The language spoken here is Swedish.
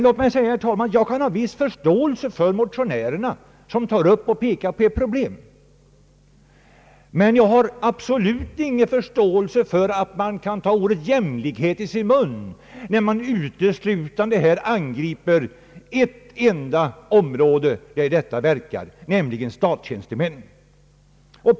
Låt mig säga, herr talman, att jag kan ha viss förståelse för de motionärer som tagit upp och pekat på ett problem, men jag har absolut ingen förståelse för att man kan ta ordet jämlikhet i sin mun, när man uteslutande angriper ett enda område där detta verkar, nämligen = statstjänstemannasektorn.